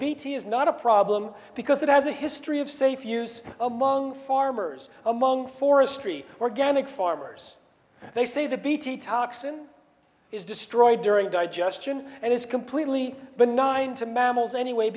bt is not a problem because it has a history of safe use among farmers among forestry organic farmers they say the bt toxin is destroyed during digestion and is completely benign to mammals anyway